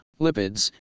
lipids